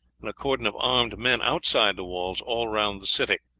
and a cordon of armed men outside the walls all round the city,